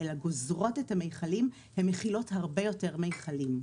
אלא גוזרות את המכלים הן מכילות הרבה יותר מכלים.